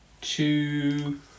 two